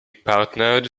partnered